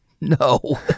no